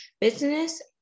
business